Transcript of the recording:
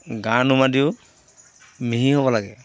গা নুম আদিও মিহি হ'ব লাগে